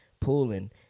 pulling